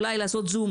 אוקיי.